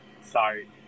Sorry